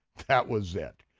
that was it.